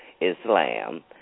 Islam